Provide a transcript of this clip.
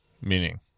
Meaning